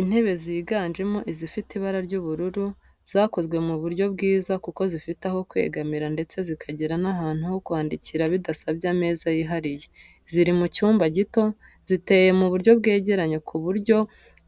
Intebe ziganjemo izifite ibara ry'ubururu zakozwe mu buryo bwiza kuko zifite aho kwegamira ndetse zikagira n'ahantu ho kwandikira bidasabye ameza yihariye, ziri mu cyumba gito, ziteye mu buryo bwegeranye ku buryo